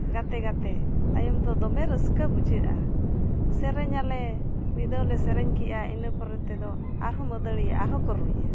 ᱜᱟᱛᱮ ᱜᱟᱛᱮ ᱛᱟᱭᱚᱢ ᱫᱚ ᱫᱚᱢᱮ ᱨᱟᱹᱥᱠᱟᱹ ᱵᱩᱡᱷᱟᱹᱜᱼᱟ ᱥᱮᱨᱮᱧ ᱟᱞᱮ ᱢᱤᱫ ᱫᱷᱟᱣ ᱞᱮ ᱥᱮᱨᱮᱧ ᱠᱮᱜᱼᱟ ᱤᱱᱟᱹ ᱯᱚᱨᱮ ᱛᱮᱫᱚ ᱟᱨ ᱦᱚᱸ ᱢᱟᱹᱫᱟᱹᱲᱤᱭᱟᱹ ᱟᱨ ᱦᱚᱸ ᱠᱚ ᱨᱩᱭᱟ